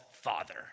Father